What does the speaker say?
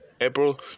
April